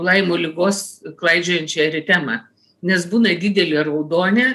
laimo ligos klaidžiojančia eritema nes būna dideli raudonė